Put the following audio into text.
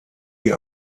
die